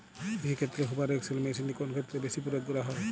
কৃষিক্ষেত্রে Hoover XL মেশিনটি কোন ক্ষেত্রে বেশি প্রয়োগ করা হয়?